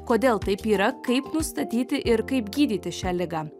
kodėl taip yra kaip nustatyti ir kaip gydyti šią ligą